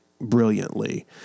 brilliantly